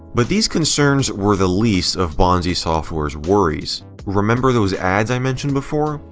but these concerns were the least of bonzi software's worries. remember those ads i mentioned before?